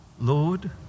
Lord